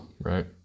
Right